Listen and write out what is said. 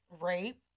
rape